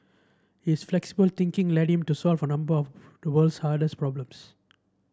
his flexible thinking led him to solve a number of the world's hardest problems